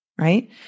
right